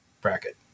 bracket